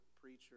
preacher